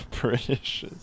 British